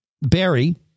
Barry